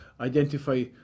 Identify